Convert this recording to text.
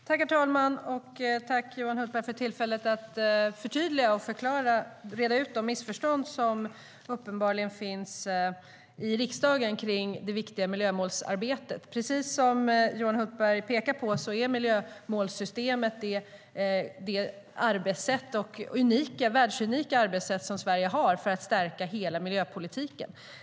Herr talman! Jag tackar Johan Hultberg för tillfället att förtydliga och reda ut de missförstånd som uppenbarligen finns i riksdagen kring det viktiga miljömålsarbetet. Precis som Johan Hultberg pekar på är miljömålssystemet det världsunika arbetssätt Sverige har för att stärka hela miljöpolitiken.